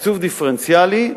תקצוב דיפרנציאלי,